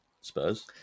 Spurs